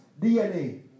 DNA